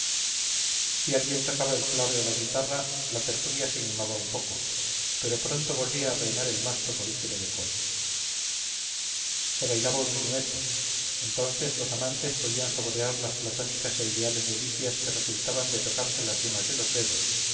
si alguien tocaba el clave o la guitarra la tertulia se animaba un poco pero pronto volvía a reinar el más soporífero decoro se bailaba un minueto entonces los amantes podían saborear las platónicas e ideales delicias que resultaban de tocarse las yemas de los dedos